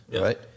right